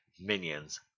minions